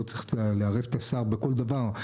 לא צריך לערב את השר בכל דבר.